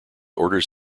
orders